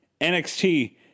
NXT